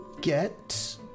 get